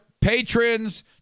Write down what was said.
patrons